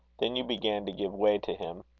then you began to give way to him.